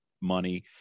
money